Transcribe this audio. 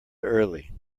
early